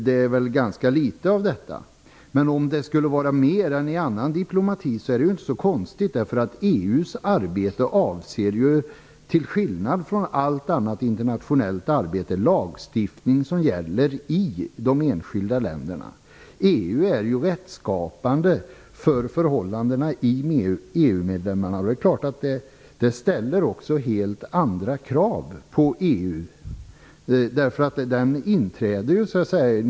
Det är väl ganska litet av detta. Men om det skulle förekomma mer av det där än i andra diplomatiska sammanhang är det inte så konstigt, eftersom EU:s arbete till skillnad från allt annat internationellt arbete avser lagstiftning som gäller i de enskilda länderna. EU är ju rättsskapande för förhållandena i EU-länderna, och det ställer helt andra krav på EU.